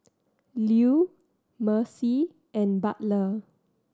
Lew Mercy and Butler